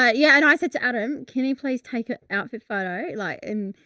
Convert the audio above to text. yeah yeah. and i said to adam can you, please take an outfit photo like, and.